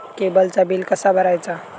केबलचा बिल कसा भरायचा?